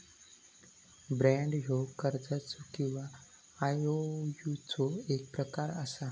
bond ह्यो कर्जाचो किंवा आयओयूचो एक प्रकार असा